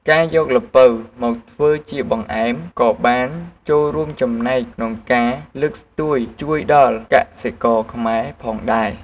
ការយកល្ពៅមកធ្វើជាបង្អែមក៏បានចូលរួមចំណែកក្នងការលើកស្ទួយជួយដល់កសិករខ្មែរផងដែរ។